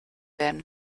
werden